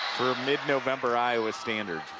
for mid-november iowa standard.